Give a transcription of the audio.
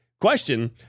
Question